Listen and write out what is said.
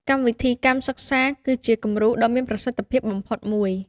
កម្មវិធីកម្មសិក្សា គឺជាគំរូដ៏មានប្រសិទ្ធភាពបំផុតមួយ។